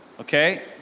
okay